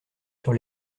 sur